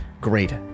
great